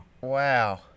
Wow